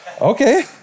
Okay